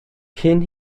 cyn